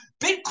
Bitcoin